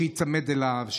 שייצמד אליהם,